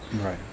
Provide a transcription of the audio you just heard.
Right